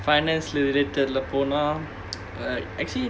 finance related lah போன:pona uh actually